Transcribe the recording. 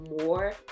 more